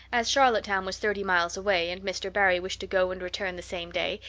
as charlottetown was thirty miles away and mr. barry wished to go and return the same day,